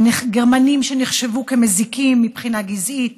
גרמנים שנחשבו מזיקים מבחינה גזעית,